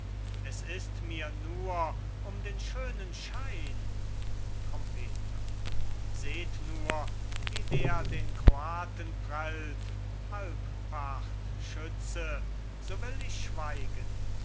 es ist mir nur um den schönen schein trompeter seht nur wie der den kroaten prellt halbpart schütze so will ich schweigen